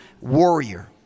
warrior